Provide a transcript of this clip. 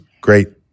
great